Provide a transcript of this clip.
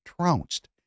trounced